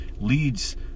leads